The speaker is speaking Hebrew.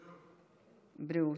בריאות.